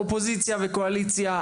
אופוזיציה וקואליציה,